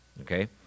okay